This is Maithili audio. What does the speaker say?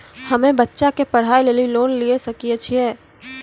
हम्मे बच्चा के पढ़ाई लेली लोन लिये सकय छियै?